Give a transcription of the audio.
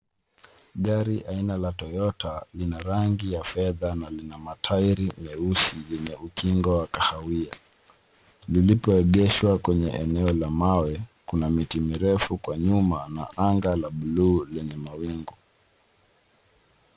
Gari aina la Toyota lina rangi ya fedha na lina matairi nyeusi yenye ukingo wa kahawia. Lilipoegeshwa kwenye eneo la mawe, kuna miti mirefu kwa nyuma na anga la blue lenye mawingu.